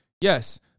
yes